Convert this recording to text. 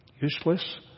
Useless